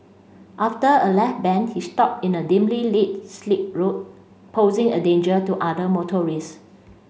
after a left bend he stopped in a dimly lit slip road posing a danger to other motorists